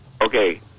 Okay